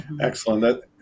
Excellent